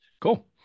Cool